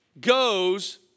goes